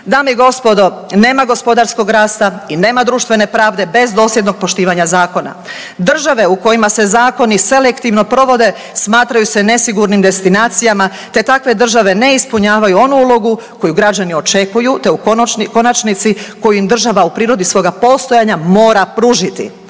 Dame i gospodo, nema gospodarskog rasta i nema društvene pravde bez dosljednog poštivanja zakona. Države u kojima se zakoni selektivno provode smatraju se nesigurnim destinacijama te takve države ne ispunjavaju onu ulogu koju građani očekuju te u konačnici koju im država u prirodi svoga postojanja mora pružiti.